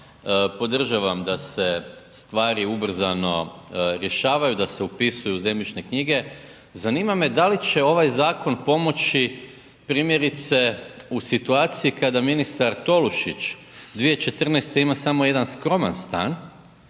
podržavam da se stvari ubrzano rješavaju, da se upisuju u zemljišne knjige, zanima me da li će ovaj zakon pomoći primjerice u situaciji kada ministar Tolušić 2014. ima samo jedan skroman stan